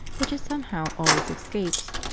which it somehow always escapes.